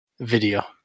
video